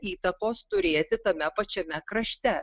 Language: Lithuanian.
įtakos turėti tame pačiame krašte